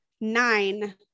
nine